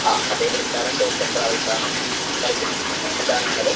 ആ അതെ Vrindavan tours and travels ആണ് പറയൂ എന്താണ് വേണ്ടത്